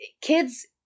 kids